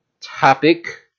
topic